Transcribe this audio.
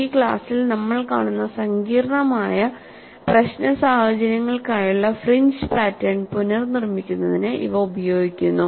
ഈ ക്ലാസ്സിൽ നമ്മൾ കാണുന്ന സങ്കീർണ്ണമായ പ്രശ്ന സാഹചര്യങ്ങൾക്കായുള്ള ഫ്രിഞ്ച് പാറ്റേൺ പുനർനിർമ്മിക്കുന്നതിന് ഇവ ഉപയോഗിക്കുന്നു